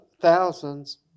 thousands